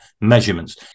measurements